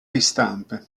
ristampe